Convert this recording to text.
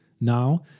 Now